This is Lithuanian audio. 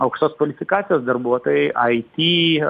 aukštos kvalifikacijos darbuotojai it